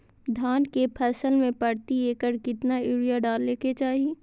धान के फसल में प्रति एकड़ कितना यूरिया डाले के चाहि?